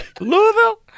Louisville